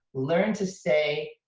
learn to say,